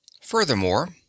Furthermore